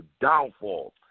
downfall